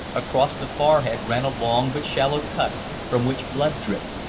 across the forehead ran a long but shallow cut from which blood dripped.